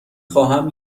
خواهم